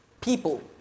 people